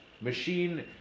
Machine